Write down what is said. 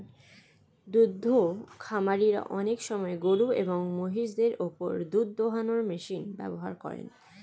দুদ্ধ খামারিরা অনেক সময় গরুএবং মহিষদের ওপর দুধ দোহানোর মেশিন ব্যবহার করেন